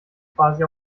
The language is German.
quasi